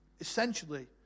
essentially